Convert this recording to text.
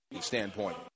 standpoint